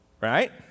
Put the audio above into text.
Right